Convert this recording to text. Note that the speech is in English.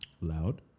Loud